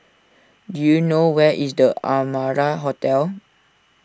do you know where is the Amara Hotel